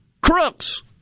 crooks